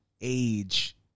age